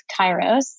Kairos